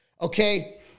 okay